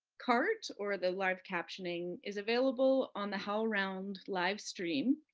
cart, or the live captioning, is available on the howlround livestream.